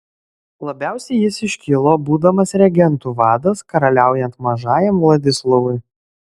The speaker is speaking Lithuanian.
labiausiai jis iškilo būdamas regentų vadas karaliaujant mažajam vladislovui